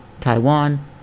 Taiwan